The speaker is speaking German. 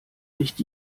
nicht